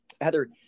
Heather